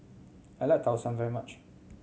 I like Tau Suan very much